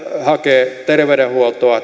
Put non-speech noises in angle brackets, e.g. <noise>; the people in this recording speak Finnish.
hakee terveydenhuoltoa <unintelligible>